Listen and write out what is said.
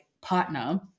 partner